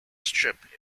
strip